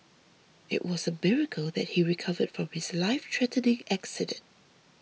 it was a miracle that he recovered from his lifethreatening accident